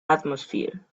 atmosphere